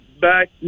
back